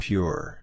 Pure